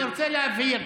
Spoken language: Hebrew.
אני רוצה להבהיר,